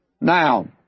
Now